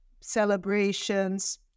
celebrations